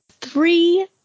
three